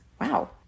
Wow